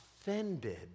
offended